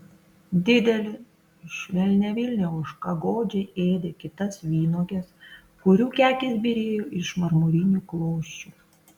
didelė švelniavilnė ožka godžiai ėdė kitas vynuoges kurių kekės byrėjo iš marmurinių klosčių